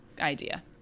idea